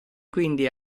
quindi